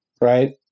Right